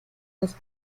las